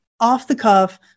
off-the-cuff